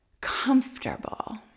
comfortable